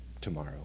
tomorrow